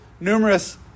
numerous